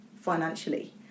financially